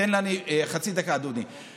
תן לי חצי דקה, אדוני.